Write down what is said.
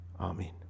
Amen